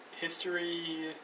history